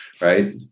Right